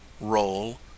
roll